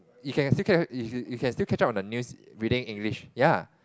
you can still catch up you you you can still catch up on the news reading English ya